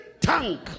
tank